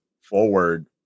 forward